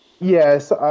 Yes